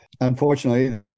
Unfortunately